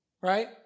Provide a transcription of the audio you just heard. Right